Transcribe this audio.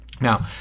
Now